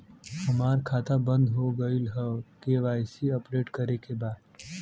हमार खाता बंद हो गईल ह के.वाइ.सी अपडेट करे के बा?